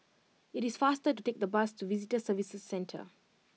it is faster to take the bus to Visitor Services Centre